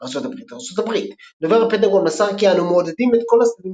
ארצות הברית ארצות הברית דובר הפנטגון מסר כי "אנו מעודדים את כל הצדדים